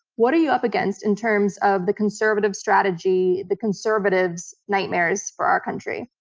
what are you up against in terms of the conservative strategy, the conservatives nightmares for our country?